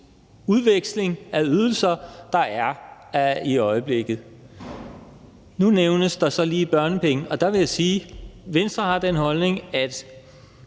udveksling af ydelser, der er i øjeblikket. Nu nævnes der så lige børnepenge, og der vil jeg sige, at Venstre har den holdning, at